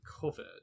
covered